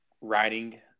writing